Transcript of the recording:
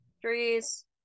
trees